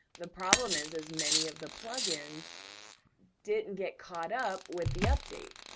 the problem is, is many of the plugins didn't get caught up with the update,